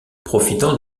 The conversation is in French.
profitant